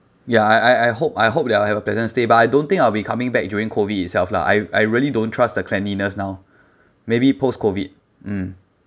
ya I I hope I hope that I'll have a pleasant stay but I don't think I'll be coming back during COVID itself lah I I really don't trust the cleanliness now maybe post-COVID mm